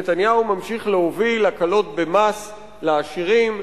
נתניהו ממשיך להוביל הקלות במס לעשירים,